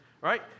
right